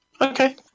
Okay